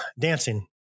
dancing